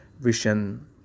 vision